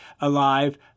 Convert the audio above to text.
alive